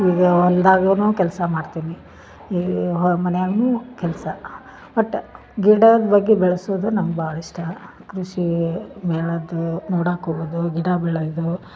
ಈಗ ಹೊಲ್ದಾಗುನು ಕೆಲಸ ಮಾಡ್ತೀನಿ ಈಗ ಹೋ ಮನಿಯಾಗುನು ಕೆಲಸ ಒಟ್ಟು ಗಿಡದ ಬಗ್ಗೆ ಬೆಳ್ಸೋದು ನಂಗೆ ಭಾಳ್ ಇಷ್ಟ ಕೃಷಿ ಮೇಳದ ನೋಡಾಕೆ ಹೋಗೋದು ಗಿಡ ಬೆಳೆಯೋದು